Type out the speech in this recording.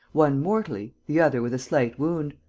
one mortally, the other with a slight wound.